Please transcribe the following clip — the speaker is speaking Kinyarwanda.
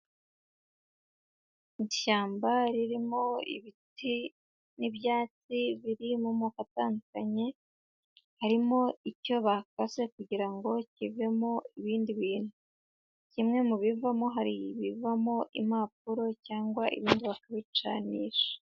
Ishyamba ririmo ibiti n'ibyatsi biri mu moko atandukanye, harimo icyo bakase kugira ngo kivemo ibindi bintu, kimwe mu bivamo hari ibivamo impapuro cyangwa ibindi bakabicanisha.